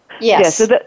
Yes